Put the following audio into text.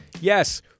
Yes